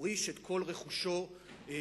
הוריש את כל רכושו לאגודה,